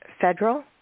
federal